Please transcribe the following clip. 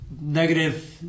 Negative